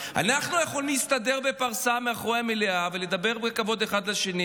אנחנו יכולים להסתדר בפרסה מאחורי המליאה ולדבר בכבוד אחד לשני,